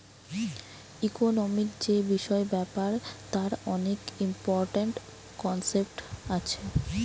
economic যে বিষয় ব্যাপার তার অনেক ইম্পরট্যান্ট কনসেপ্ট আছে